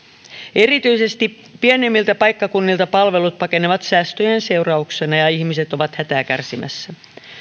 erityisesti pienemmiltä paikkakunnilta palvelut pakenevat säästöjen seurauksena ja ihmiset ovat siellä hätää kärsimässä